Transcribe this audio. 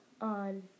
on